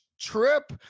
trip